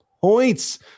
points